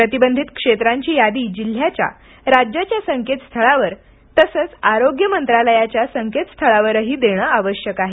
प्रतिबंधित क्षेत्रांची यादी जिल्ह्याच्या राज्याच्या संकेत स्थळांवर तसंच आरोग्य मंत्रालयाच्या संकेत स्थळावरही देण आवश्यक आहे